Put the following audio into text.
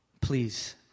Please